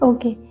Okay